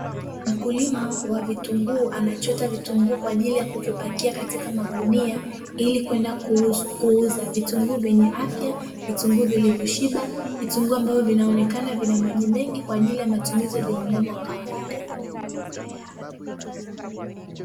Mkulima wa vitunguu anachota vitunguu kwaajili ya kuvipakia katika magunia, ili kwenda kuuza vitunguu vyenye afya, vitunguu vilivyoshiba, vitunguu ambavyo vinaonekana vina maji mengi kwaajili ya matumizi ya binadamu wa kawaida.